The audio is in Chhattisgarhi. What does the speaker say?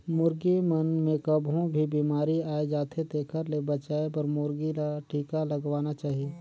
मुरगी मन मे कभों भी बेमारी आय जाथे तेखर ले बचाये बर मुरगी ल टिका लगवाना चाही